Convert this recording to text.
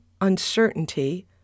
uncertainty